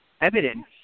evidence